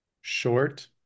short